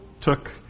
took